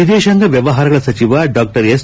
ವಿದೇಶಾಂಗ ವ್ಯವಹಾರಗಳ ಸಚಿವ ಡಾ ಎಸ್